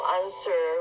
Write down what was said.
answer